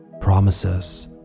promises